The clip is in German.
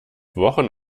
wochen